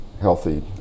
healthy